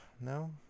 no